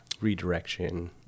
redirection